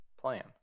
plan